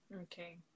okay